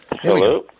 Hello